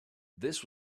this